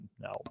No